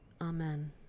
Amen